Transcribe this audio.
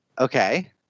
Okay